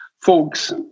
Folks